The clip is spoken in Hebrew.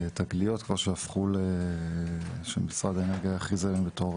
תגליות שמשרד האנרגיה כבר הכריז עליהן בתור